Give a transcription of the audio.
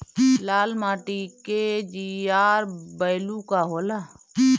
लाल माटी के जीआर बैलू का होला?